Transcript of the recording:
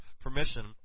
permission